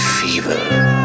fever